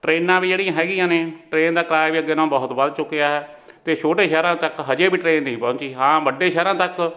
ਟ੍ਰੇਨਾਂ ਵੀ ਜਿਹੜੀਆਂ ਹੈਗੀਆਂ ਨੇ ਟ੍ਰੇਨ ਦਾ ਕਿਰਾਇਆ ਵੀ ਅੱਗੇ ਨਾਲੋਂ ਬਹੁਤ ਵੱਧ ਚੁੱਕਿਆ ਅਤੇ ਛੋਟੇ ਸ਼ਹਿਰਾਂ ਤੱਕ ਹਜੇ ਵੀ ਟ੍ਰੇਨ ਨਹੀਂ ਪਹੁੰਚੀ ਹਾਂ ਵੱਡੇ ਸ਼ਹਿਰਾਂ ਤੱਕ